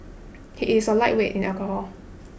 he is a lightweight in alcohol